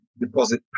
deposit